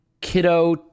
kiddo